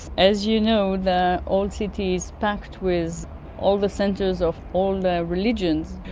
as you know, the old city is packed with all the centres of all the religions.